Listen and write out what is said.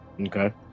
Okay